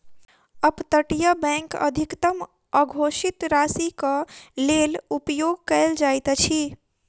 up तटीय bank अधिकतम अघोषित राशिक लेल उपयोग कयल जाइत अछि